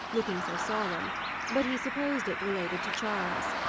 looking so solemn but he supposed it related to charles.